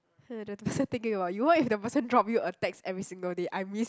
hmm the person thinking about you what if the person drop you a text every single day I miss